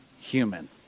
human